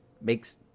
makes